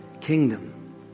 Kingdom